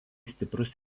stiprus